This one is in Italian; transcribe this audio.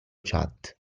chat